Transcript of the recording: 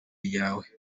ryawe